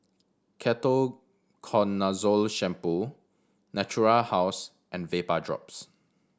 Ketoconazole Shampoo Natura House and Vapodrops